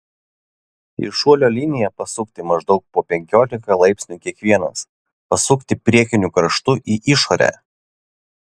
į šuolio liniją pasukti maždaug po penkiolika laipsnių kiekvienas pasukti priekiniu kraštu į išorę